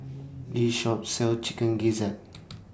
This Shop sells Chicken Gizzard